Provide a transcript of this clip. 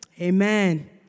Amen